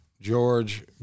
George